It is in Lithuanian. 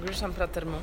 grįžtam prie tarmių